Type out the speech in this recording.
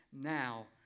now